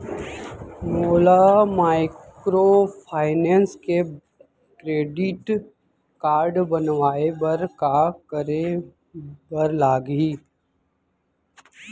मोला माइक्रोफाइनेंस के credit card बनवाए बर का करे बर लागही?